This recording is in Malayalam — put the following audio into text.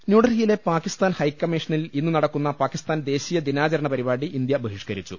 ന്യൂഡൽഹിയിലെ പാകിസ്ഥാൻ ഹൈക്കമ്മീഷനിൽ ഇന്ന് നട ക്കുന്ന പാകിസ്ഥാൻ ദേശീയ ദിനാചരണ പരിപാടി ഇന്ത്യ ബഹി ഷ്കരിച്ചു